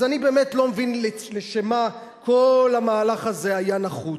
אז אני באמת לא מבין לשם מה כל המהלך הזה היה נחוץ.